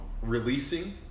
releasing